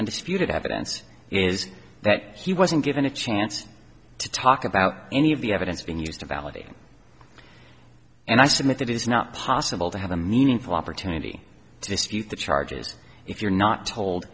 undisputed evidence is that he wasn't given a chance to talk about any of the evidence being used to validate and i submit that is not possible to have a meaningful opportunity to dispute the charges if you're not told